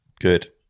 good